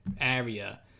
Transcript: area